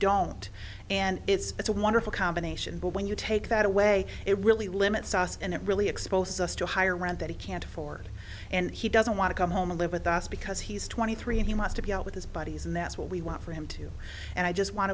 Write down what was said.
don't and it's a wonderful combination but when you take that away it really limits us and it really exposes us to higher rent that he can't afford and he doesn't want to come home and live with us because he's twenty three and he wants to be out with his buddies and that's what we want for him too and i just want